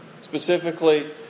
Specifically